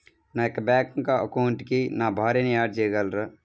నా యొక్క బ్యాంక్ అకౌంట్కి నా భార్యని యాడ్ చేయగలరా?